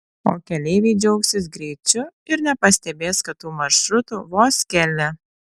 o keleiviai džiaugsis greičiu ir nepastebės kad tų maršrutų vos keli